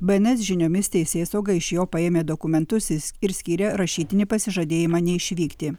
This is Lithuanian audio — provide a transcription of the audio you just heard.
b n s žiniomis teisėsauga iš jo paėmė dokumentus jis ir skyrė rašytinį pasižadėjimą neišvykti